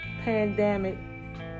pandemic